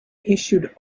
issued